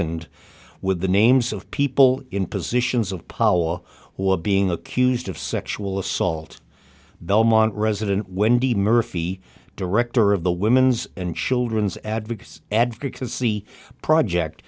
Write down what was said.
ed with the names of people in positions of power who are being accused of sexual assault belmont resident wendy murphy director of the women's and children's advocacy advocacy project